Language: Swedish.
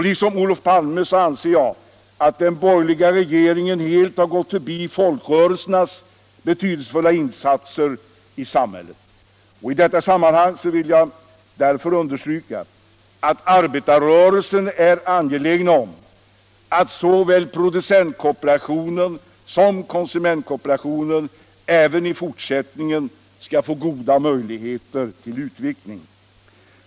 Liksom Olof Palme anser jag att den borgerliga regeringen helt har gått förbi folkrörelsernas betydelsefulla insatser i samhället. I detta sammanhang vill jag därför understryka att arbetarrörelsen är angelägen om alt såväl producentkooperationen som konsumentkooperationen även i fortsältningen skall få goda möjligheter till utveckling.